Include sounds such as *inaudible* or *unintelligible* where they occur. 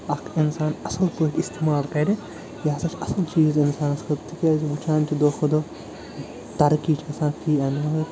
اکھ اِنسان اَصٕل پٲٹھۍ اِستعمال کَرِ یہِ ہسا چھِ اصٕل چیٖز اِنسانس خٲطرٕ تِکیٛازِ وٕچھان چھِ دۄہ کھۄتہٕ دۄہ ترقی چھِ گژھان فی *unintelligible* مگر